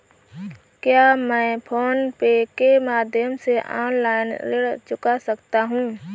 क्या मैं फोन पे के माध्यम से ऑनलाइन ऋण चुका सकता हूँ?